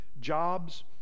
jobs